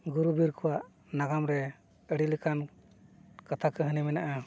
ᱜᱩᱨᱩ ᱵᱤᱨ ᱠᱚᱣᱟᱜ ᱱᱟᱜᱟᱢ ᱨᱮ ᱟᱹᱰᱤ ᱞᱮᱠᱟᱱ ᱠᱟᱛᱷᱟ ᱠᱟᱹᱦᱱᱤ ᱢᱮᱱᱟᱜᱼᱟ